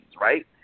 right